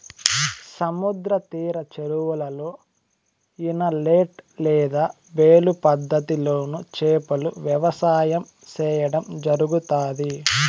సముద్ర తీర చెరువులలో, ఇనలేట్ లేదా బేలు పద్ధతి లోను చేపల వ్యవసాయం సేయడం జరుగుతాది